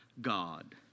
God